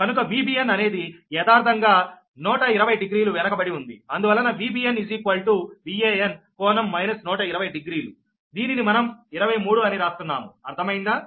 కనుక Vbn అనేది యదార్ధంగా 1200 వెనుకబడి ఉంది అందువలన Vbn Van ∟ 1200 దీనిని మనం 23 అని రాస్తున్నాము అర్థమైందా